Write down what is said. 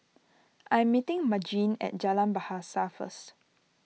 I am meeting Margene at Jalan Bahasa first